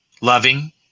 loving